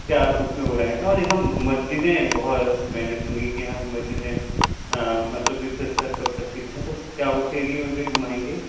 क्या उस में वो रहेगा और ये हम मस्जिदें बहुत मैंने सुनी कि यहाँ कि मस्जिदें मतलब विशेष स्तर पर प्रसिद्ध हैं तो क्या उस एरिए में भी घुमाएंगे